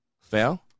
fail